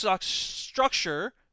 structure